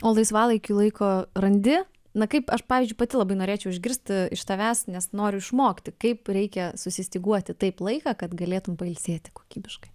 o laisvalaikiui laiko randi na kaip aš pavyzdžiui pati labai norėčiau išgirst iš tavęs nes noriu išmokti kaip reikia susistyguoti taip laiką kad galėtum pailsėti kokybiškai